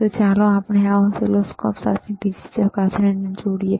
તો ચાલો આ ઓસિલોસ્કોપ સાથે બીજી ચકાસણીને જોડીએ